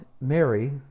Mary